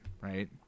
right